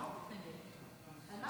על מה אתה מתנגד, גלעד?